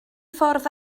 ffordd